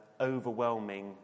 overwhelming